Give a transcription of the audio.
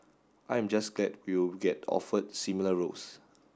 I am just glad we will get offered similar roles